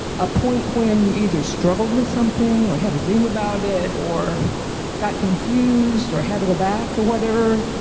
a point when you either struggled with something or had a dream about it, or got confused or had to go back or whatever?